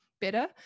better